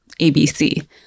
ABC